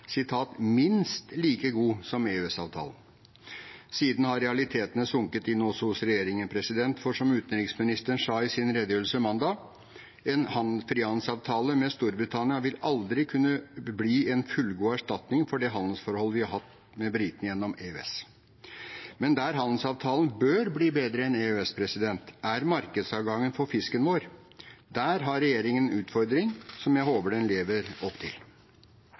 minst like god som EØS-avtalen. Siden har realitetene sunket inn også hos regjeringen, for som utenriksministeren sa i sin redegjørelse mandag: «En frihandelsavtale med Storbritannia vil aldri kunne bli en fullgod erstatning for det handelsforholdet vi har hatt med britene gjennom EØS.» Men der handelsavtalen bør bli bedre enn EØS-avtalen, er markedsadgangen for fisken vår. Der har regjeringen en utfordring som jeg håper den lever opp til.